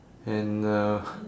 and uh